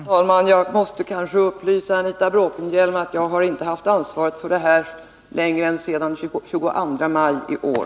Herr talman! Jag måste kanske upplysa Anita Bråkenhielm om att jag inte haft ansvaret för de här sakerna längre än sedan den 22 maj i år.